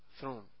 throne